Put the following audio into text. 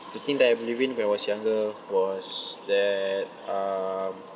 the thing that I believe in when I was younger was that um